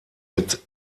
mit